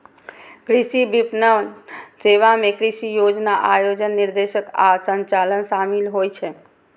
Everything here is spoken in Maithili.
कृषि विपणन सेवा मे कृषि योजना, आयोजन, निर्देशन आ संचालन शामिल होइ छै